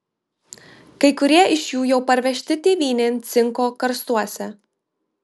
kai kurie iš jų jau parvežti tėvynėn cinko karstuose